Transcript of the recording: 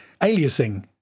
aliasing